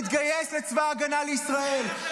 בלהתגייס לצבא ההגנה לישראל,